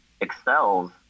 excels